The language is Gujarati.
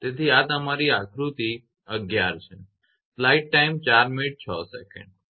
તેથી આ તમારી આકૃતિ ગ્રાફ 11 છે બરાબર